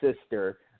sister